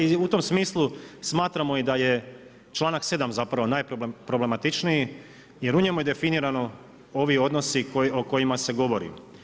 I u tom smislu smatramo i da je članak 7. zapravo najproblematičniji, jer u njemu je definirano ovi odnosi o kojima se govori.